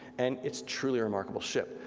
and it's truly a remarkable ship.